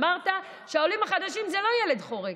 אמרת שהעולים החדשים זה לא ילד חורג.